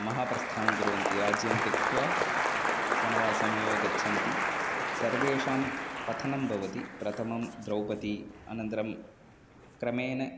महाप्रस्थानं कुर्वन्ति राज्यं त्यक्त्वा वनवासमेव गच्छन्ति सर्वेषां पतनं भवति प्रथमं द्रौपदी अनन्तरं क्रमेण